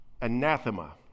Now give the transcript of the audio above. Anathema